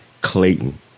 Clayton